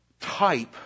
type